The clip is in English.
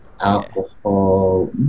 alcohol